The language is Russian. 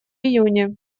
июне